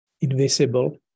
invisible